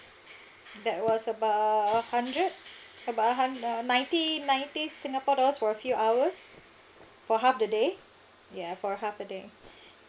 that was about hundred about a hundre~ ninety ninety singapore dollars for a few hours for half a day ya for half a day